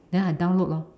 then I download lor